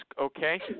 Okay